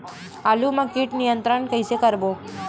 आलू मा कीट नियंत्रण कइसे करबो?